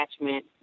attachment